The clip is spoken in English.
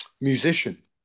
musician